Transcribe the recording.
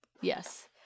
yes